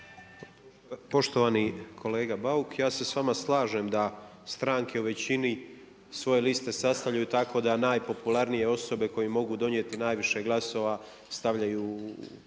Poštovani kolega Bauk, ja se s vama slažem da stranke u većini svoje liste sastavljaju tako da najpopularnije osobe koje im mogu donijeti najviše glasova stavljaju